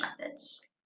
methods